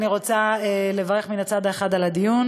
אני רוצה לברך מן הצד האחד על הדיון